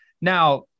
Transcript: Now